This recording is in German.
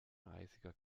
eisiger